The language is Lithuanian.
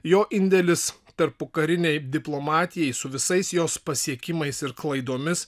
jo indėlis tarpukarinei diplomatijai su visais jos pasiekimais ir klaidomis